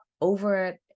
over